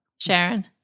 sharon